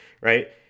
right